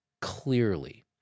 clearly